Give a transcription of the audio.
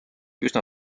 üsna